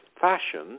fashion